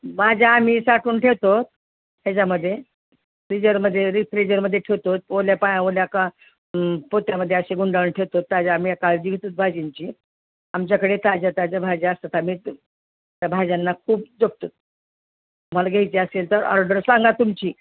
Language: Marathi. भाज्या आम्ही साठवून ठेवतो ह्याच्यामध्ये फ्रीजरमध्ये रिफ्रीजरमध्ये ठेवतो ओल्या पा ओल्या का पोत्यामध्ये असे गुंडाळून ठेवतो ताज्या आही काळजी घेतो भाजींची आमच्याकडे ताज्या ताज्या भाज्या असतात आम्ही त्या भाज्यांना खूप जपतो तुम्हाला घ्यायची असेल तर ऑर्डर सांगा तुमची